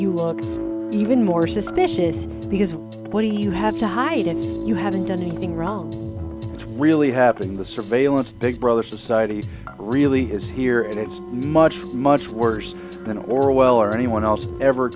look even more suspicious because you had to hide and you hadn't done anything wrong it's really happening the surveillance big brother society really is here and it's much much worse than orwell or anyone else ever